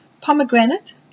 Pomegranate